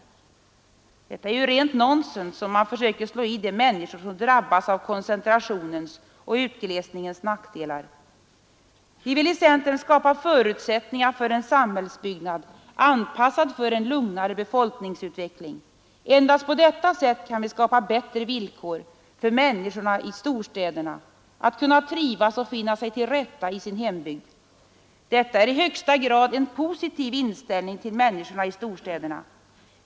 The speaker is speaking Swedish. Detta är ju rent nonsens som man försöker slå i de människor som drabbas av koncentrationens och utglesningens nackdelar. Vi i centern vill skapa förutsättningar för en samhällsutbyggnad anpassad för en lugnare befolkningsutveckling. Endast på detta sätt kan vi åstadkomma bättre förutsättningar för människorna i storstäderna att trivas och finna sig till rätta i sin hembygd. Detta är i högsta grad en positiv inställning till människorna i storstäderna.